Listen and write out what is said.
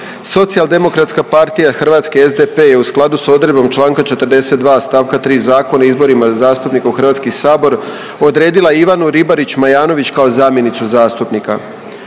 Socijaldemokratska partija Hrvatske SDP je u skladu s odredbom Članka 42. stavka 3. Zakona o izborima zastupnika u Hrvatski sabor odredila Ivanu Ribarić Majanović kao zamjenicu zastupnika.